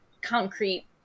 concrete